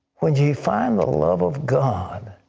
once you find the love of god,